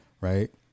right